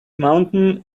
mountain